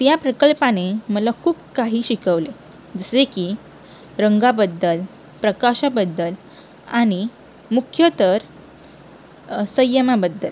त्या प्रकल्पाने मला खूप काही शिकवले जसे की रंगाबद्दल प्रकाशाबद्दल आणि मुख्य तर संयमाबद्दल